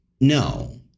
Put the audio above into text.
no